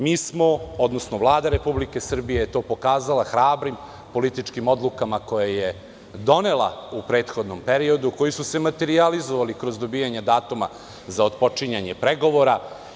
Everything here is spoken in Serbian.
Mi smo, odnosno Vlada Republike Srbije je to pokazala hrabrim političkim odlukama koje je donela u prethodnom periodu, koji su se materijalizovali kroz dobijanje datuma za otpočinjanje pregovora.